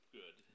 good